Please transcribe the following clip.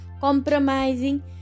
compromising